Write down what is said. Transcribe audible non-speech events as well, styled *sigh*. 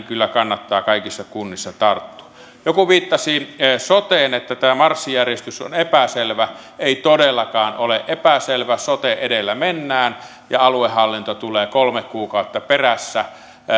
*unintelligible* kyllä kannattaa kaikissa kunnissa tarttua joku viittasi soteen että tämä marssijärjestys on epäselvä ei todellakaan ole epäselvä sote edellä mennään ja aluehallinto tulee kolme kuukautta perässä